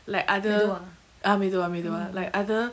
like other ah மெதுவா மெதுவா:methuva methuva like other